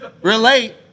relate